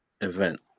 event